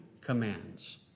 commands